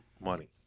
money